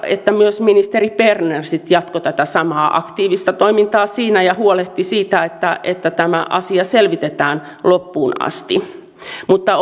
että myös ministeri berner sitten jatkoi tätä samaa aktiivista toimintaa ja huolehti siitä että että tämä asia selvitetään loppuun asti mutta